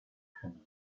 könne